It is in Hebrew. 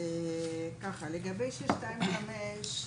לגבי 625,